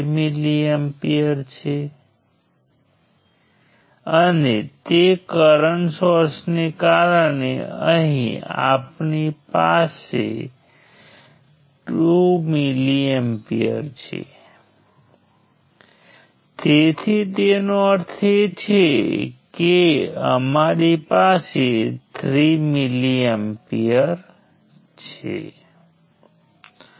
તેથી આપણે ટ્રીમાં 3 બ્રાન્ચીઝ અને પછી 5 બાકી બ્રાન્ચીઝ તેથી આપણી પાસે 5 ઈન્ડિપેન્ડેન્ટ લૂપ હશે એટલે કે આપણી પાસે B માઈનસ 1 ઈન્ડિપેન્ડેન્ટ લૂપ છે અને પરિણામે B minus 1 independent Kirchhoff voltage law equations છે